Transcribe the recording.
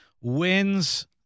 wins